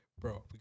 Bro